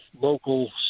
local